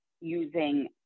using